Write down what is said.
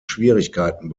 schwierigkeiten